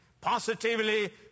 positively